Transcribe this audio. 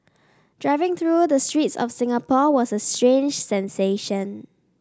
driving through the streets of Singapore was a strange sensation